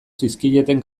zizkieten